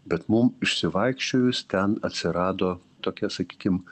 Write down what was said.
bet mum išsivaikščiojus ten atsirado tokia sakykim